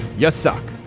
yes, suck.